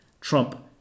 Trump